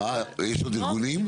יש עוד ארגונים?